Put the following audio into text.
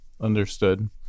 Understood